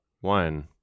one